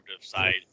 side